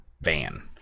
van